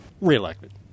reelected